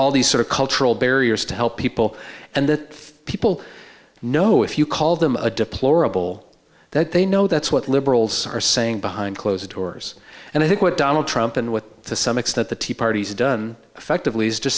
all these sort of cultural barriers to help people and that people know if you call them a deplorable that they know that's what liberals are saying behind closed doors and i think what donald trump and what to some extent the tea party is done effectively is